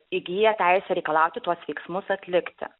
įgyja teisę reikalauti tuos veiksmus atlikti